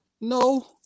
No